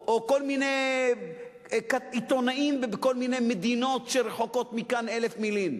או כל מיני עיתונאים בכל מיני מדינות שרחוקות מכאן אלף מילין.